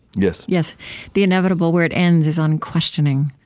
yes yes the inevitable where it ends is on questioning,